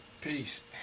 Peace